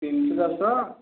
ତିନି ଚାରିଶହ